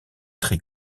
tri